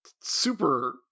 Super